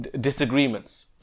disagreements